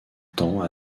temps